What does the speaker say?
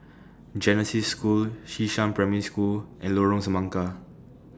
Genesis School Xishan Primary School and Lorong Semangka